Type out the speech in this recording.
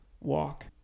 walk